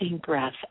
breath